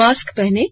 mask पहनें